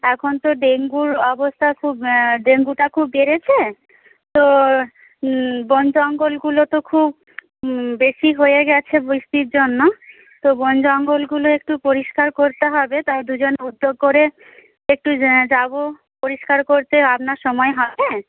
এখন তো ডেঙ্গুর অবস্থা খুব ডেঙ্গুটা খুব বেড়েছে তো বনজঙ্গলগুলো তো খুব বেশি হয়ে গেছে বৃষ্টির জন্য তো বনজঙ্গলগুলো একটু পরিষ্কার করতে হবে তাই দুজন উদ্যোগ করে একটু যাব পরিষ্কার করতে আপনার সময় হবে